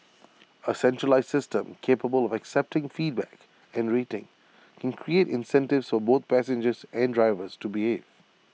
A centralised system capable of accepting feedback and rating can create incentives for both passengers and drivers to behave